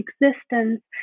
existence